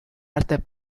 artes